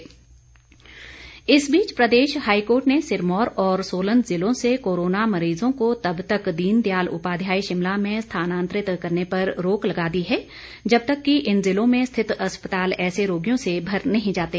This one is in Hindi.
रोक इस बीच प्रदेश हाईकोर्ट ने सिरमौर और सोलन जिलों से कोरोना मरीजों को तब तक दीनदयाल उपाध्याय शिमला में स्थानांतरित करने पर रोक लगा दी है जब तक कि इन जिलों में स्थित अस्पताल ऐसे रोगियों से भर नहीं जाते